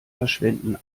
verschwenden